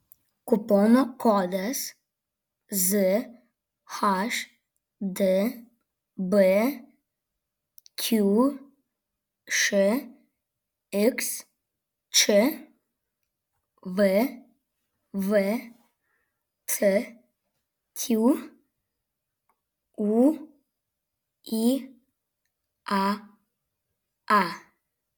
kupono kodas zhdb qšxč vvcq ūyaa